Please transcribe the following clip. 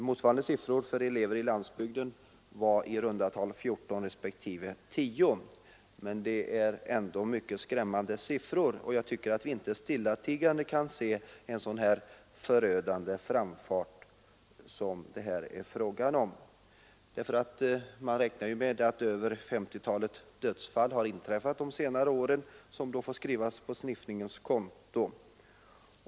Motsvarande siffror för elever på landsbygden var i runda tal 14 respektive 10 procent, men det är ändå mycket skrämmande siffror. Jag tycker att vi inte stillatigande kan åse den förödande framfart som det här är fråga om. Man räknar med att det under senare år inträffat över 50 dödsfall som får skrivas på sniffningens konto.